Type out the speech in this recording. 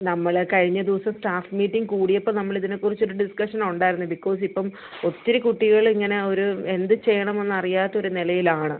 നമ്മൾ കഴിഞ്ഞ ദിവസം സ്റ്റാഫ് മീറ്റിംഗ് കൂടിയപ്പം നമ്മൾ ഇതിനെ കുറിച്ചൊരു ഡിസ്കഷനുണ്ടായിരുന്നു ബിക്കോസിപ്പം ഒത്തിരി കുട്ടികൾ ഇങ്ങനെ ഒരു എന്ത് ചെയ്യണമെന്നറിയാത്ത ഒരു നിലയിലാണ്